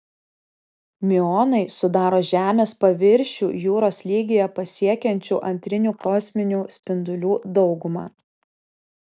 miuonai sudaro žemės paviršių jūros lygyje pasiekiančių antrinių kosminių spindulių daugumą